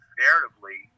narratively